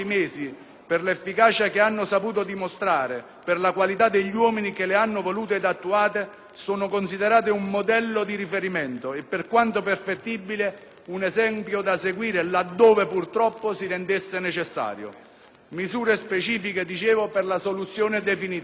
per l'efficacia che hanno saputo dimostrare, per la qualità degli uomini che le hanno volute ed attuate, sono considerate un modello di riferimento e, per quanto perfettibile, un esempio da seguire laddove, purtroppo, si rendesse necessario. Misure specifiche, dicevo, per la soluzione definitiva.